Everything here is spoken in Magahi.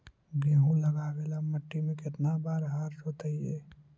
गेहूं लगावेल मट्टी में केतना बार हर जोतिइयै?